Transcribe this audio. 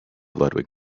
ludwig